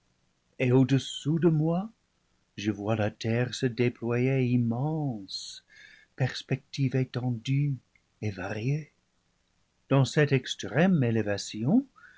et au-dessous de moi je vois la terre se déployer immense perspective étendue et variée dans cette extrême élévation